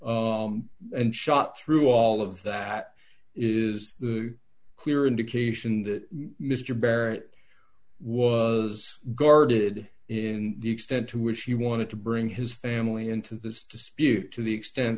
and shot through all of that is clear indication that mr barrett was guarded in the extent to which you want to bring his family into this dispute to the extent